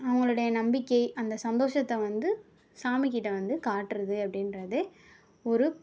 அவங்களோடைய நம்பிக்கை அந்த சந்தோசத்தை வந்து சாமிகிட்ட வந்து காட்டுறது அப்படின்றது ஒரு